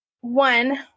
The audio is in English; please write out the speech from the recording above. one